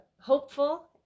hopeful